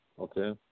Okay